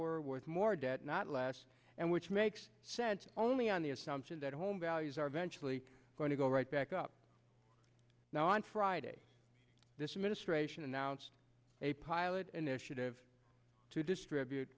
borrower with more debt not last and which makes sense only on the assumption that home values are eventually going to go right back up now on friday this administration announced a pilot and initiative to distribute